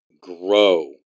grow